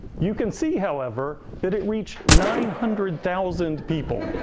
you can see however, that it reached nine hundred thousand people.